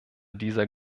dieser